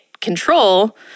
control